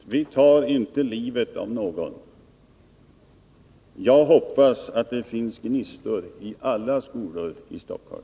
Fru talman! Vi tar inte livet av någon. Jag hoppas det finns gnistor i alla skolor i Stockholm.